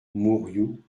mourioux